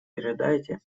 передайте